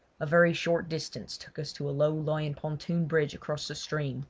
a very short distance took us to a low-lying pontoon bridge across the stream,